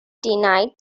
denied